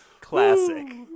classic